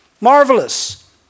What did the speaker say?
Marvelous